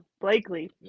Blakely